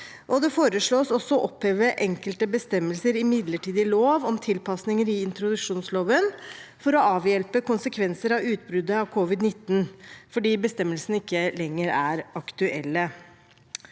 Det foreslås også å oppheve enkelte bestemmelser i midlertidig lov om tilpasninger i introduksjonsloven for å avhjelpe konsekvenser av utbruddet av covid-19, fordi bestemmelsene ikke lenger er aktuelle.